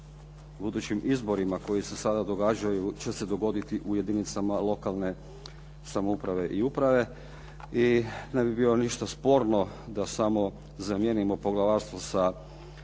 budućim izborima koji se sada događaju, će se dogoditi u jedinicama lokalne samouprave i uprave i ne bi bilo ništa sporno da samo zamijenimo poglavarstvo sa